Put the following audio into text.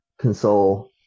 console